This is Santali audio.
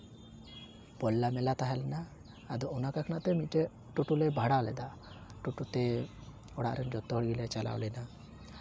ᱯᱚᱞᱞᱟ ᱢᱮᱞᱟ ᱛᱟᱦᱮᱸ ᱞᱮᱱᱟ ᱟᱫᱚ ᱚᱱᱟ ᱵᱟᱠᱷᱨᱟᱛᱮ ᱢᱤᱫᱴᱮᱱ ᱴᱳᱴᱳᱞᱮ ᱵᱷᱟᱲᱟ ᱞᱮᱫᱟ ᱴᱳᱴᱳᱛᱮ ᱚᱲᱟᱜ ᱨᱮᱱ ᱡᱚᱛᱚᱦᱚᱲ ᱜᱮᱞᱮ ᱪᱟᱞᱟᱣ ᱞᱮᱱᱟ